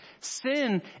Sin